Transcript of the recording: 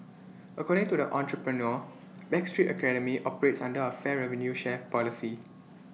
according to the entrepreneur backstreet academy operates under A fair revenue share policy